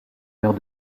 heure